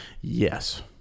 Yes